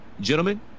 gentlemen